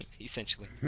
essentially